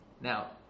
Now